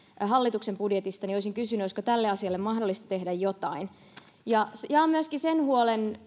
hallituksen budjetista olisin kysynyt olisiko tälle asialle mahdollista tehdä jotain ministeri kulmuni jaan myöskin huolen